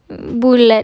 uh bulat